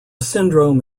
syndrome